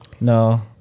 no